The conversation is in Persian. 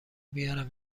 بیارم